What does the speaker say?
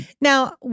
Now